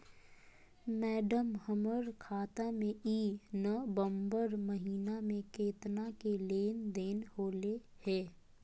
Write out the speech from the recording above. madam, हमर खाता में ई नवंबर महीनमा में केतना के लेन देन होले है